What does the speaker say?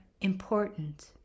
important